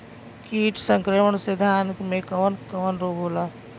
कीट संक्रमण से धान में कवन कवन रोग होला?